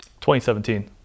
2017